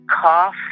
cough